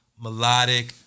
melodic